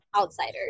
outsiders